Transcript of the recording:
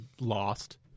lost